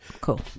cool